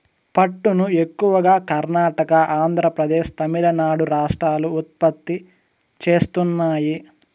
పట్టును ఎక్కువగా కర్ణాటక, ఆంద్రప్రదేశ్, తమిళనాడు రాష్ట్రాలు ఉత్పత్తి చేస్తున్నాయి